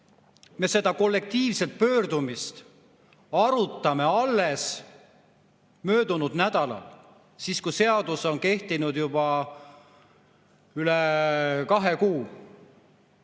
et seda kollektiivset pöördumist me arutasime alles möödunud nädalal, kui seadus oli kehtinud juba üle kahe kuu.